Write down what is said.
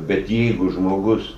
bet jeigu žmogus